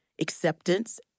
acceptance